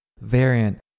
variant